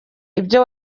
ibyo